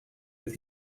with